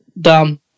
Dumb